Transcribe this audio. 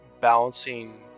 balancing